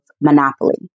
Monopoly